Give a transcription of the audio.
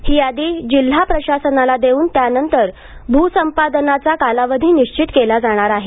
ही यादी जिल्हा प्रशासनाला देऊन त्यानंतर भूसंपादनाचा कालावधी निश्चित केला जाणार आहे